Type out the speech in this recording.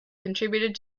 contributed